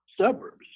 suburbs